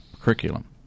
curriculum